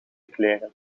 kleren